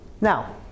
Now